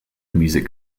music